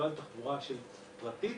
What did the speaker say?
לא על תחבורה פרטית